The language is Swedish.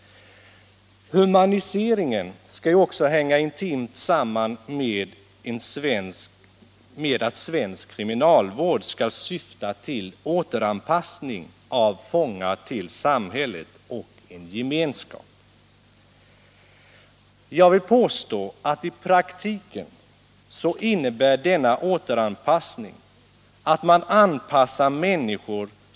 | Humaniscringen skall ju också hänga intimt samman med att svensk kriminalvård skall syfta till ”återanpassning” av fångar till samhället och gemenskapen. Jag vill påstå att denna äåteranpassning i praktiken innebär att man anpassar människor.